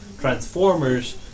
Transformers